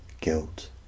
Guilt